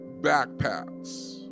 backpacks